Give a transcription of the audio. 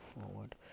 forward